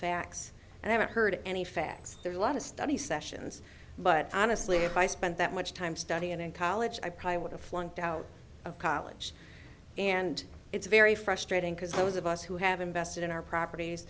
facts and i haven't heard any facts there's a lot of study sessions but honestly if i spent that much time studying in college i probably would have flunked out of college and it's very frustrating because those of us who have invested in our propert